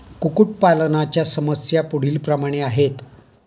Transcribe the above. कुक्कुटपालनाच्या समस्या पुढीलप्रमाणे आहेत